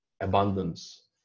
abundance